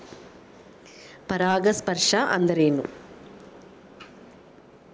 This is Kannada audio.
ಪರಾಗಸ್ಪರ್ಶ ಅಂದರೇನು?